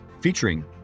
Featuring